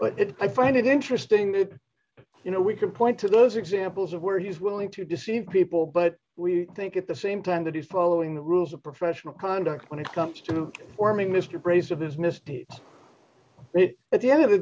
it i find it interesting that you know we can point to those examples of where he's willing to deceive people but we think at the same time that he's following the rules of professional conduct when it comes to forming mr brace of this mistake at the end of the